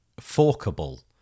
forkable